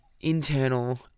internal